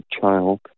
child